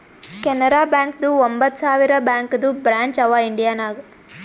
ಕೆನರಾ ಬ್ಯಾಂಕ್ದು ಒಂಬತ್ ಸಾವಿರ ಬ್ಯಾಂಕದು ಬ್ರ್ಯಾಂಚ್ ಅವಾ ಇಂಡಿಯಾ ನಾಗ್